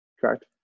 correct